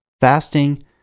fasting